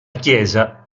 chiesa